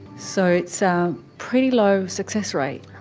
so it's so pretty low success rate.